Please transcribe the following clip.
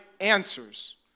answers